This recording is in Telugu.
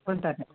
ఉంటాను